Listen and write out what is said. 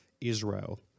Israel